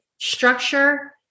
structure